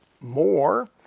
more